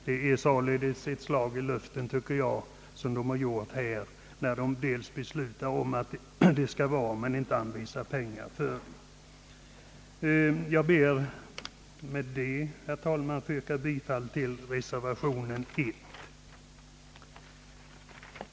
Det är således ett slag i luften från utskottets sida när utskottet förordar att bidraget skall utgå men inte anvisar medel härför. Jag ber, herr talman, med det anförda att få yrka bifall till reservation 1.